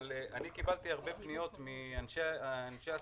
אבל אני קיבלתי הרבה פניות מאנשי עסקים,